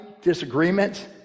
disagreements